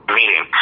meeting